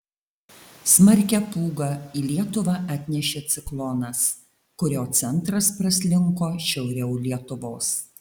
smarkią pūgą į lietuvą atnešė ciklonas kurio centras praslinko šiauriau lietuvos